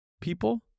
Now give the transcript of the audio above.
people